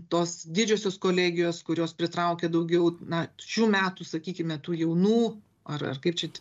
tos didžiosios kolegijos kurios pritraukia daugiau na šių metų sakykime tų jaunų ar ar kaip čia